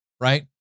right